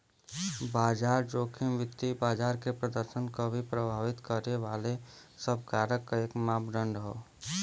बाजार जोखिम वित्तीय बाजार के प्रदर्शन क प्रभावित करे वाले सब कारक क एक मापदण्ड हौ